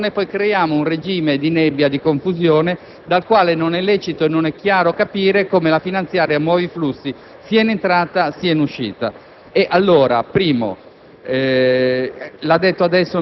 portiamo tutto nel medesimo calderone, poi creiamo un regime di nebbia e di confusione dal quale non è lecito e non è chiaro capire come la finanziaria muova i flussi sia in entrata sia in uscita.